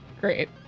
Great